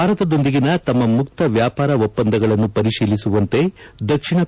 ಭಾರತದೊಂದಿಗಿನ ತಮ್ಮ ಮುಕ್ತ ವ್ಯಾಪಾರ ಒಪ್ಪಂದಗಳನ್ನು ಪರಿಶೀಲಿಸುವಂತೆ ದಕ್ಷಿಣ ು